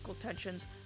tensions